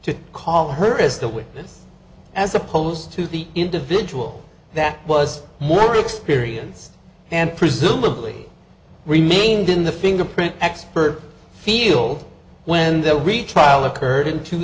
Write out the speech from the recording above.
to call her as the witness as opposed to the individual that was more experienced and presumably remained in the fingerprint expert field when the retrial occurred in two